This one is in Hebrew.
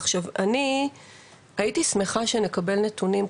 אני הייתי שמחה שנקבל נתונים.